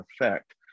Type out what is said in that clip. effect